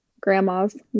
grandma's